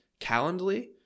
Calendly